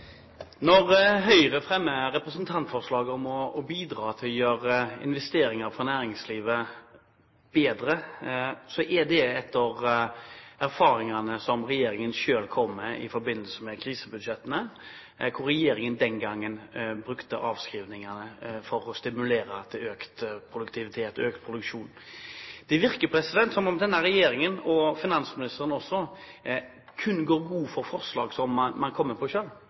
Når Høyre fremmer representantforslag om å bidra til å gjøre investeringer for næringslivet bedre, er det etter erfaringene som regjeringen selv kom med i forbindelse med krisebudsjettene, hvor regjeringen den gangen brukte avskrivningene for å stimulere til økt produktivitet, økt produksjon. Det virker som om denne regjeringen, og finansministeren også, kun går god for forslag som man kommer på